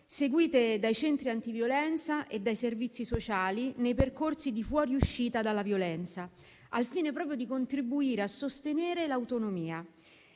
seguite dai centri antiviolenza e dai servizi sociali nei percorsi di fuoriuscita dalla violenza, al fine di contribuire a sostenerne l'autonomia.